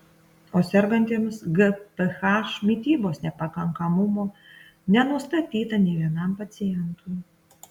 o sergantiems gph mitybos nepakankamumo nenustatyta nė vienam pacientui